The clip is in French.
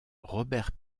robert